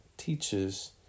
teaches